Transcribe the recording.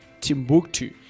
Timbuktu